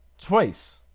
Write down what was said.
twice